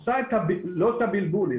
עושה לא את הבלבול,